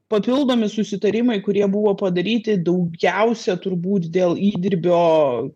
papildomi susitarimai kurie buvo padaryti daugiausia turbūt dėl įdirbio